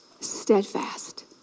steadfast